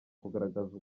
kugaragaza